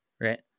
right